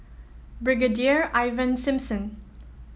Brigadier Ivan Simson